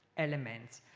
elements.